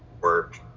work